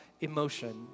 emotion